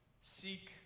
seek